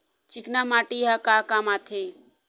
चिकना माटी ह का काम आथे?